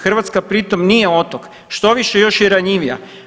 Hrvatska pri tom nije otok, štoviše još je ranjivija.